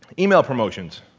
email promotions.